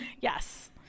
Yes